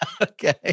okay